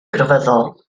grefyddol